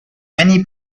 many